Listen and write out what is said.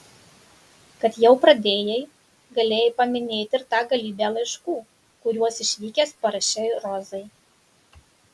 kad jau pradėjai galėjai paminėti ir tą galybę laiškų kuriuos išvykęs parašei rozai